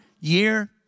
year